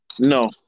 No